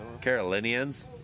Carolinians